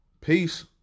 Peace